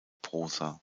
prosa